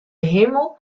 himel